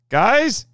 guys